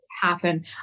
happen